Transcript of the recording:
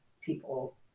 people